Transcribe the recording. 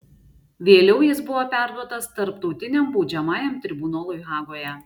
vėliau jis buvo perduotas tarptautiniam baudžiamajam tribunolui hagoje